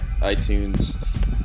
iTunes